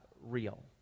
real